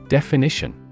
Definition